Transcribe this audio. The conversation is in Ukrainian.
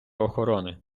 охорони